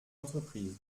entreprises